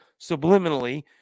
subliminally